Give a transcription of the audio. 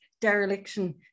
dereliction